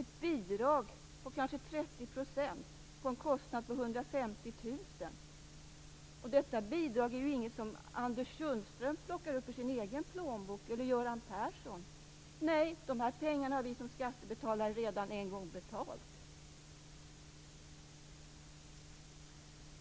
ett bidrag på kanske 30 % till en kostnad på 150 000 kr. Och detta bidrag är ju inget som Anders Sundström eller Göran Persson plockar upp ur egen plånbok. Nej, de pengarna har vi som skattebetalare redan en gång betalt.